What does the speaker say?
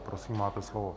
Prosím, máte slovo.